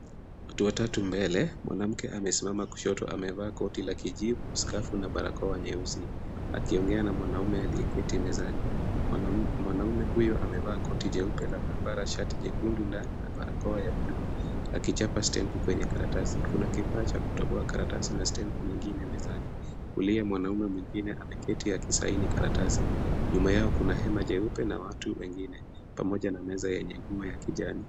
Wtu watatu mbele, mwanamke amesimama kushoto, amevaa koti la kijivu, skafu na barakoa nyeusi. Akiongea na mwanaume aliyeketi mezani. Mwanaume huyo amevaa koti jeupe la mhabara, shati jekundu, na barakoa ya bluu. Akichapa stempu kwenye karatasi, kuna kifaa cha kutoboa karatasi na stempu nyingine mezani. Kulia, mwanaume mwingine ameketi akisaini karatasi. Nyuma yao kuna hema jeupe na watu wengine. Pamoja na meza yenye nyuma ya kijani.